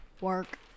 Work